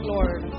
Lord